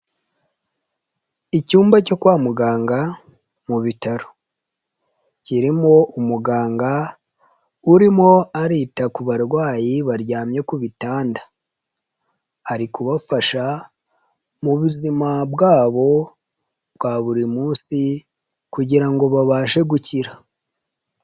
Icyumba cyo kwa muganga mu bitaro, kirimo umuganga urimo arita ku barwayi baryamye ku bitanda, ari kubafasha mu buzima bwabo bwa buri munsi kugira ngo babashe gukira.